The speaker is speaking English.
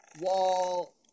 Wall